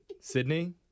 sydney